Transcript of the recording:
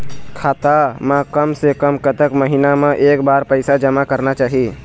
खाता मा कम से कम कतक महीना मा एक बार पैसा जमा करना चाही?